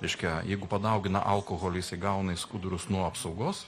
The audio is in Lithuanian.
reiškia jeigu padaugina alkoholio jisai gauna į skudurus nuo apsaugos